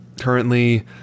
currently